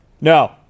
No